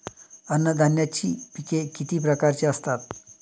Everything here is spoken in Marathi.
अन्नधान्याची पिके किती प्रकारची असतात?